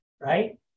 right